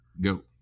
go